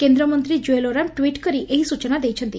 କେନ୍ଦ୍ରମନ୍ତୀ ଜୁଏଲ ଓରାମ ଟ୍ୱିଟ୍ କରି ଏହି ସୂଚନା ଦେଇଛନ୍ତି